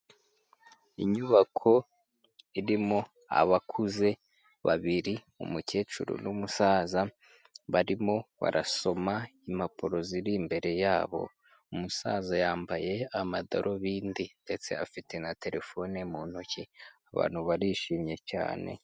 Inyubako irimo abakuze babiri, umukecuru n'umusaza, barimo barasoma impapuro ziri imbere yabo, umusaza yambaye amadarubindi ndetse afite na terefone mu ntoki, abantu barishimye cyane.